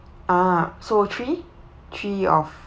ah so three three of